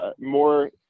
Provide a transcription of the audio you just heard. More